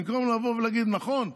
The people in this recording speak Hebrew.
במקום לבוא ולהגיד: נכון,